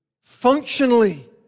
Functionally